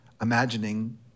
imagining